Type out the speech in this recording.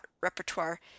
repertoire